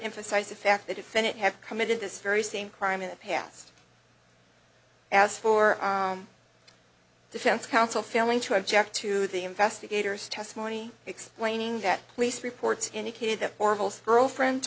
emphasize the fact the defendant have committed this very same crime in the past as for defense counsel failing to object to the investigators testimony explaining that police reports indicated that oracle's girlfriend